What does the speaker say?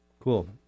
Cool